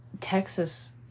Texas